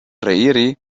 reiri